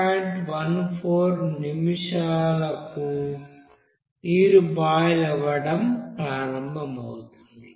14 నిమిషాలకు నీరు బాయిల్ అవ్వటం ప్రారంభమవుతుంది